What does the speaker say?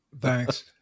Thanks